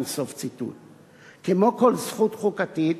כמו כל זכות חוקתית,